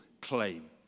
claim